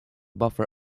buffer